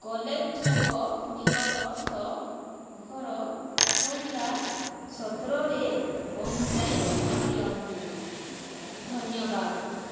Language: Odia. କଲେଜ ଛକ ନିକଟସ୍ଥ ଘର ସଂଖ୍ୟା ସତରରେ ପହଁଞ୍ଚାଇ ଦିଅନ୍ତୁ ଧନ୍ୟବାଦ